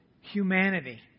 humanity